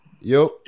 Yo